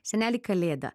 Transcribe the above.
seneli kalėda